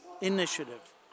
initiative